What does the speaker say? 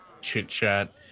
chit-chat